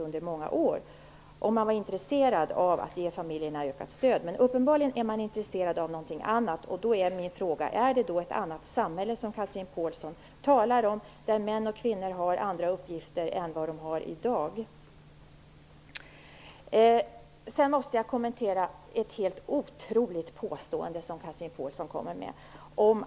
Den möjligheten finns, om man vore intresserad av att ge familjerna ett ökat stöd. Men uppenbarligen är man intresserad av någonting annat. Då är min fråga: Är det ett annat samhälle som Chatrine Pålsson talar om, där män och kvinnor har andra uppgifter än vad de har i dag? Jag måste kommentera ett helt otroligt påstående som Chatrine Pålsson gjorde.